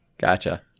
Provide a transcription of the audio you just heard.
gotcha